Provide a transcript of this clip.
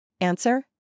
Answer